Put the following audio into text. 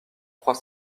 trois